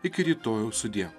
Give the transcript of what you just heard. iki rytojaus sudie